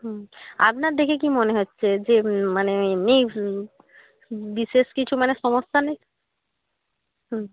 হুম আপনার দেখে কী মনে হচ্ছে যে মানে নেই বিশেষ কিছু মানে সমস্যা নেই হুম